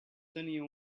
tenia